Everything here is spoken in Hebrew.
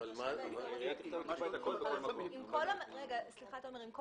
יש לנו